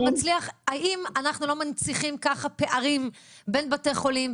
האם אנחנו לא מנציחים ככה פערים בית בתי חולים,